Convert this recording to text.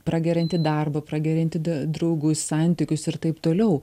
prageriantį darbą prageriantį da draugus santykius ir taip toliau